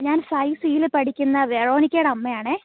ഞാൻ ഫൈവ് സീയിൽ പഠിക്കുന്ന വെറോണിക്കേടെ അമ്മയാണേ